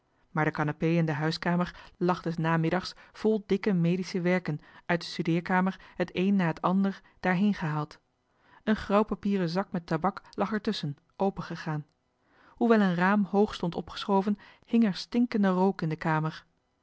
maar de kanapee in de huiskamer lag des namiddags vol dikke medische werken uit de studeerkamer het een na het ander daarheen gehaald een grauwpapieren zak met tabak lag er tusschen opengegaan hoewel een raam hoog stond opgeschoven hing er stinkende johan de